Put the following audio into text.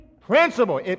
principle